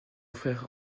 frère